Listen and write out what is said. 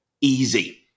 easy